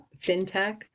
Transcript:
FinTech